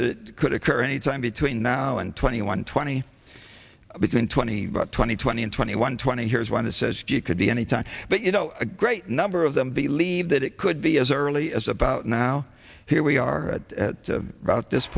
it could occur anytime between now and twenty one twenty between twenty twenty twenty and twenty one twenty here is one that says gee it could be any time but you know a great number of them believe that it could be as early as about now here we are at this